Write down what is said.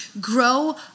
grow